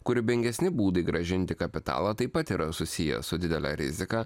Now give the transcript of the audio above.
kūrybingesni būdai grąžinti kapitalą taip pat yra susiję su didele rizika